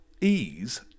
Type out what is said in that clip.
ease